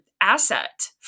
asset